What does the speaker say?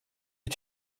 wyt